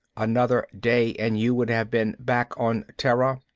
another day and you would have been back on terra.